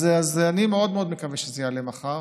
אז אני מאוד מקווה שזה יעלה מחר.